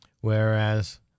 Whereas